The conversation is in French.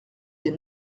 des